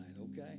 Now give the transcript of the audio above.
okay